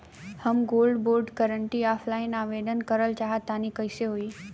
हम gold bond करंति offline आवेदन करल चाह तनि कइसे होई?